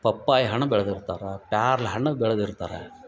papaya ಹಣ್ಣು ಬೆಳ್ದಿರ್ತಾರೆ ಪ್ಯಾರ್ಲ ಹಣ್ಣು ಬೆಳ್ದಿರ್ತಾರೆ